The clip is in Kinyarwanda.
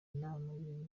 inama